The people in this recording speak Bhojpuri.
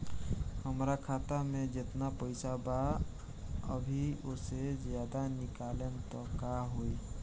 हमरा खाता मे जेतना पईसा बा अभीओसे ज्यादा निकालेम त का होई?